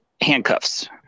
handcuffs